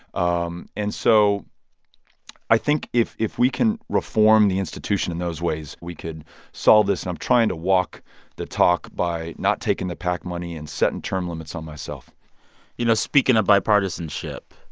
um and so i think if if we can reform the institution in those ways we could solve this. and i'm trying to walk the talk by not taking the pac money and setting term limits on myself you know, speaking of bipartisanship,